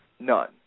None